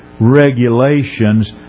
regulations